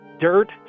dirt